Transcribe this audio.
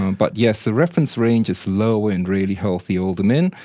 but yes, the reference range is low in really healthy older men,